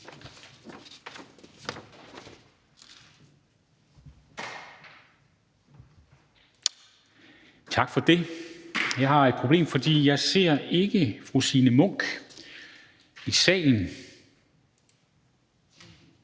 afsprittet. Jeg har et problem, for jeg ser ikke fru Signe Munk i salen,